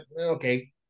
okay